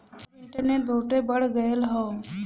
अब इन्टरनेट बहुते बढ़ गयल हौ